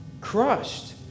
crushed